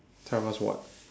time us what